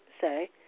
say